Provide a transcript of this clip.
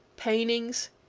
paintings,